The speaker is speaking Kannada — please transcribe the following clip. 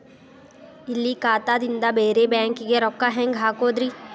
ಇಲ್ಲಿ ಖಾತಾದಿಂದ ಬೇರೆ ಬ್ಯಾಂಕಿಗೆ ರೊಕ್ಕ ಹೆಂಗ್ ಹಾಕೋದ್ರಿ?